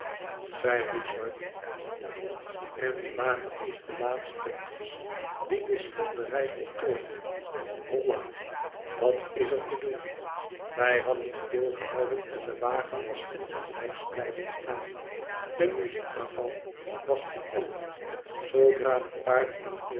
richard en die wagen is de laatste toets die de schilderij voltooit holla wat is er te doen wij hadden stilgehouden en de wagen was insgelijks blijven staan de muziek daarvan was veranderd zoodra de paarden niet meer